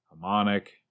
Harmonic